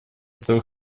целых